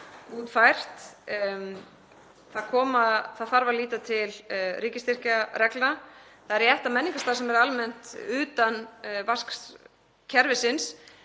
Það þarf að líta til ríkisstyrkjareglna. Það er rétt að menningarstarfsemi er almennt utan virðisaukaskattskerfisins